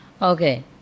Okay